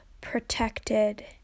protected